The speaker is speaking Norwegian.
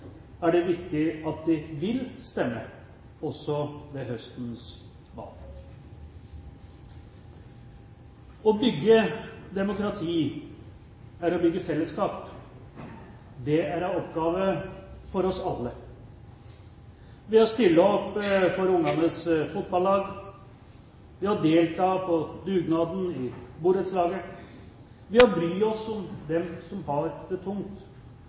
er det viktig at de vil stemme, også ved høstens valg. Å bygge demokrati er å bygge fellesskap. Det er en oppgave for oss alle, ved å stille opp for ungenes fotballag, ved å delta på dugnaden i borettslaget, ved å bry oss om dem som har det tungt,